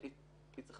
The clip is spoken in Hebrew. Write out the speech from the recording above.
צריך